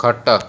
ଖଟ